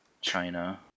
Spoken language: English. China